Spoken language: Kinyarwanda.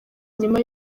nyuma